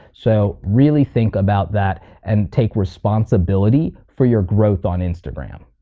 so really think about that and take responsibility for your growth on instagram.